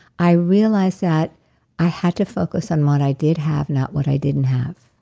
i realized that i had to focus on what i did have, not what i didn't have.